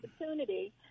opportunity